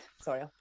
sorry